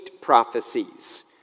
prophecies